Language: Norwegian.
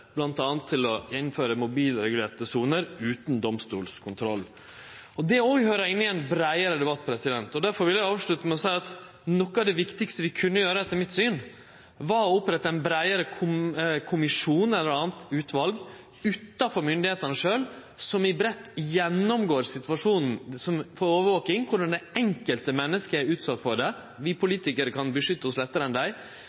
til bl.a. å innføre mobilregulerte soner utan domstolskontroll. Det òg høyrer inne i ein breiare debatt, og derfor vil eg avslutte med å seie at noko av det viktigaste vi etter mitt syn kunne gjere, var å opprette ein breiare kommisjon eller eit anna utval, utanfor myndigheitene sjølve, som breitt gjennomgår situasjonen for overvaking: korleis det enkelte mennesket er utsett for det – vi